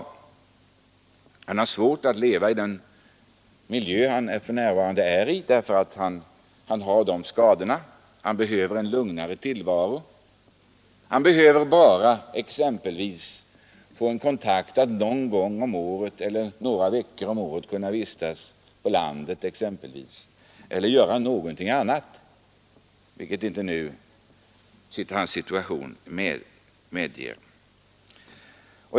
På grund av sina skador har han svårt att leva i den miljö där han för närvarande befinner sig. Han behöver en lugnare tillvaro. Han behöver exempelvis bara under några veckor om året få vistas på landet eller få något annat ombyte, vilket hans situation nu inte medger.